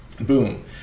boom